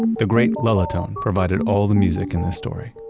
the great lullatone provided all the music in this story